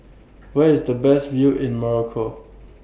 Where IS The Best View in Morocco